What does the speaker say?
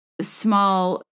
small